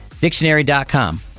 Dictionary.com